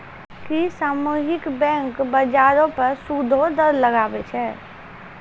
कि सामुहिक बैंक, बजारो पे सूदो दर लगाबै छै?